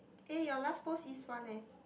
eh your last post is one leh